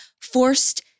forced